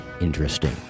interesting